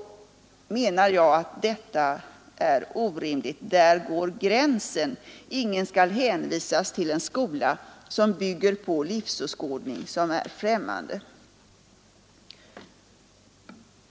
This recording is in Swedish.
— menar jag att detta är orimligt. Där går gränsen; ingen skall hänvisas till en skola som bygger på en livsåskådning som är främmande.